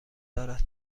دارد